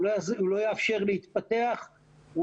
הוא לא יאפשר להתפתח,